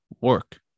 work